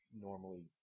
normally